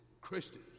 Christians